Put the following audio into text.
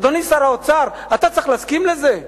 אדוני שר האוצר, אתה צריך להסכים לזה?